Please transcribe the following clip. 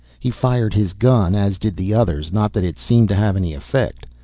he fired his gun, as did the others. not that it seemed to have any effect.